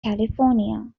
california